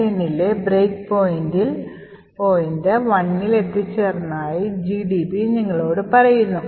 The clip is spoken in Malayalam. Line 10ലെ ബ്രേക്ക് പോയിന്റ് 1ൽ എത്തിച്ചേർന്നതായി gdb നിങ്ങളോട് പറയുന്നു